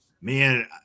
Man